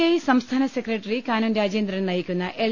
I സംസ്ഥാന സെക്രട്ടറി കാനം രാജേന്ദ്രൻ നയിക്കുന്ന എൽ